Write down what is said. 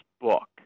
book